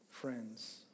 friends